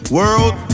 world